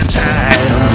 time